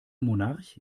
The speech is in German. monarch